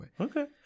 Okay